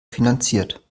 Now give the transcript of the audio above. finanziert